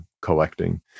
collecting